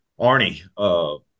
Arnie